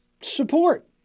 support